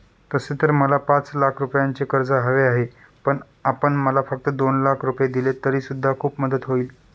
तसे तर मला पाच लाख रुपयांचे कर्ज हवे आहे, पण आपण मला फक्त दोन लाख रुपये दिलेत तरी सुद्धा खूप मदत होईल